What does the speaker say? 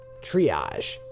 triage